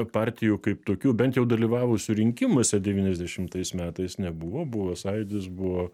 partijų kaip tokių bent jau dalyvavusių rinkimuose devyniasdešimtais metais nebuvo buvo sąjūdis buvo